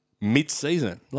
mid-season